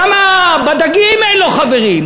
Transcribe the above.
למה בדגים אין לו חברים?